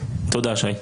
תודה שי.